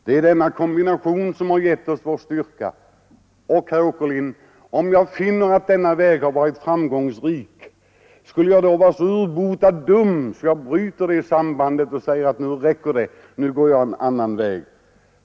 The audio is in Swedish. Det är denna kombination som har gett oss vår styrka. Och, herr Åkerlind, om jag finner att denna väg har varit framgångsrik, skulle jag då bara så urbota dum att jag bryter det sambandet och säger: ”Nu räcker det, nu går jag en annan väg”?